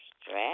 stress